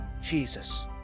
Jesus